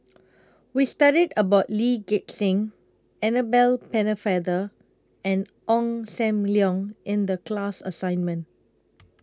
We studied about Lee Gek Seng Annabel Pennefather and Ong SAM Leong in The class assignment